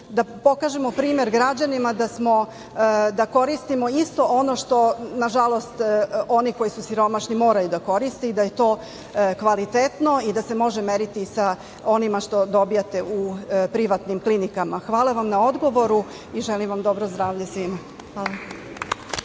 da pokažemo primer građanima da koristimo isto ono što na žalost oni koji su siromašni, moraju da koriste da je to kvalitetno i da se može meriti sa onima što dobijate u privatnim klinikama. Hvala vam na odgovoru i želim vam dobro zdravlje svima. **Ana